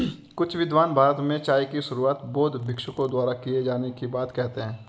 कुछ विद्वान भारत में चाय की शुरुआत बौद्ध भिक्षुओं द्वारा किए जाने की बात कहते हैं